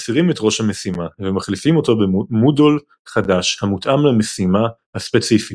מסירים את ראש המשימה ומחליפים אותו במודול חדש המותאם למשימה הספציפית,